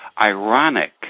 ironic